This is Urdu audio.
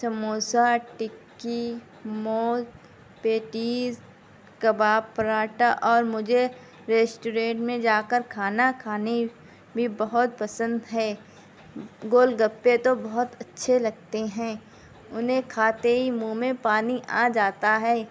سموسہ ٹکی موز پیٹیز کباب پراٹھا اور مجھے ریسٹورینٹ میں جا کر کھانا کھانے بھی بہت پسند ہے گول گپے تو بہت اچھے لگتے ہیں انہیں کھاتے ہی منھ میں پانی آ جاتا ہے